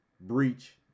breach